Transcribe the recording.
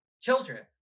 children